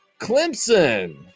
Clemson